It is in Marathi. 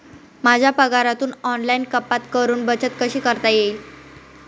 माझ्या पगारातून ऑनलाइन कपात करुन बचत कशी करता येईल?